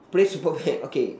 play super pet okay